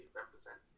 represent